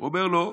הוא אומר לו: